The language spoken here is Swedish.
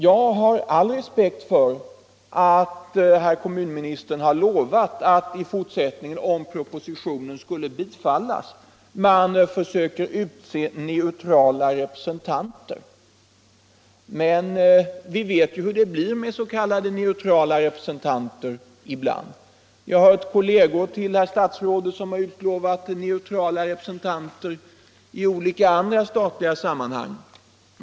Jag har all respekt för att kommunministern lovar att i fortsättningen, om propositionen bifalles, försöka utse neutrala representanter. Men vi vet ju hur det blir med s.k. neutrala representanter ibland. Jag har hört kolleger till herr statsrådet utlova neutrala representanter i andra statliga sammanhang.